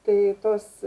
tai tos